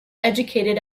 educated